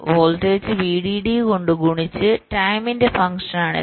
voltage VDD കൊണ്ട് ഗുണിച്ച ടൈമിന്റെ ഫങ്ക്ഷനാണിത്